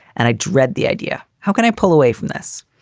and i dread the idea. how can i pull away from this?